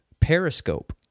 Periscope